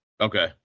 Okay